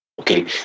Okay